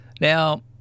Now